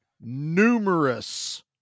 numerous